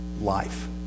life